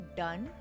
done